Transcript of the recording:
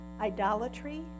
idolatry